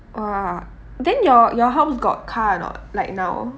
!wah! then your your house got car or not like now